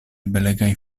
belegaj